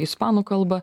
ispanų kalbą